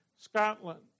Scotland